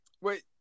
Wait